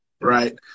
right